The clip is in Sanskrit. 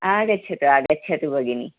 आगच्छतु आगच्छतु भगिनि